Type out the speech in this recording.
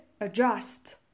adjust